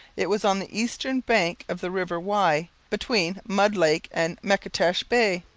it was on the eastern bank of the river wye between mud lake and matchedash bay.